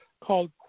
Called